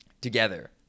together